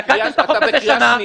תקעתם את החוק הזה שנה,